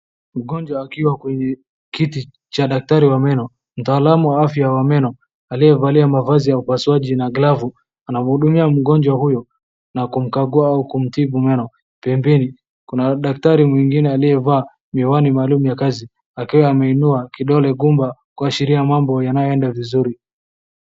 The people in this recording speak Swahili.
Mgonjwa akiwa kwenye kiti cha daktari wa meno. Mtaalamu wa afya wa meno aliyevalia mavazi ya upasuaji na glavu anamhudumai mgonjwa huyu na kumkagua au kumtibu meno. Pembeni kuna daktari mwingine aliyevaa miwani maalum ya kazi akiwa ameinua kidole gumba kuashiria mambo yanayoenda vizuri.